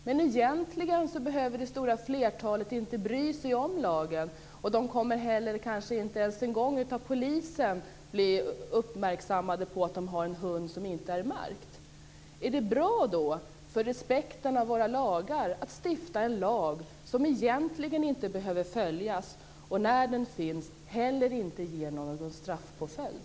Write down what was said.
Men egentligen behöver det stora flertalet inte bry sig om den, och de kommer kanske inte heller att bli uppmärksammade av polisen på att de har en hund som inte är märkt. Är det då bra för respekten för våra lagar att stifta en lag som egentligen inte behöver följas och som inte medför någon straffpåföljd?